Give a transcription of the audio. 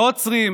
לא עוצרים,